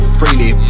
freely